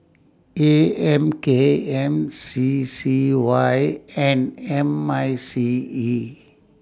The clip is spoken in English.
A M K M C C Y and M I C E